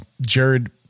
Jared